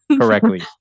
correctly